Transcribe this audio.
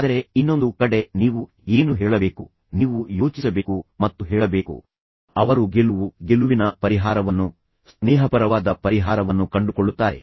ಆದರೆ ಇನ್ನೊಂದು ಕಡೆ ನೀವು ಏನು ಹೇಳಬೇಕು ನೀವು ಯೋಚಿಸಬೇಕು ಮತ್ತು ಹೇಳಬೇಕು ಅವರು ಗೆಲುವು ಗೆಲುವಿನ ಪರಿಹಾರವನ್ನು ಕಂಡುಕೊಳ್ಳುತ್ತಾರೆ ಅವರು ಸೌಹಾರ್ದಯುತ ಮತ್ತು ಸ್ನೇಹಪರವಾದ ಪರಿಹಾರವನ್ನು ಕಂಡುಕೊಳ್ಳುತ್ತಾರೆ